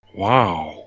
Wow